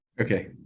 Okay